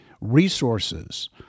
resources